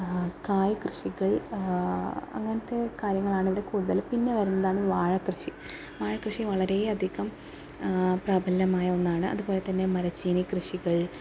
കായ് കൃഷികൾ അങ്ങനത്തെ കാര്യങ്ങളാണ് ഇവിടെ കൂടുതൽ പിന്നെ വരുന്നതാണ് വാഴക്കൃഷി വാഴക്കൃഷി വളരെയധികം പ്രാബല്യമായ ഒന്നാണ് അതുപോലെതന്നെ മരിച്ചിനികൃഷികൾ